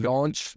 Launch